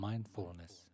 Mindfulness